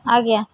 ଆଜ୍ଞା